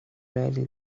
rarely